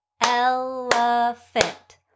Elephant